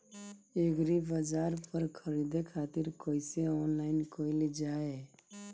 एग्रीबाजार पर खरीदे खातिर कइसे ऑनलाइन कइल जाए?